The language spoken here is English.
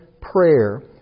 prayer